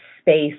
space